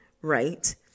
right